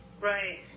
Right